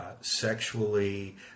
sexually